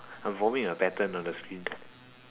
I vomit a pattern on the skin